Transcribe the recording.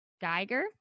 Geiger